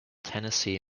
tennessee